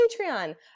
Patreon